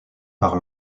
par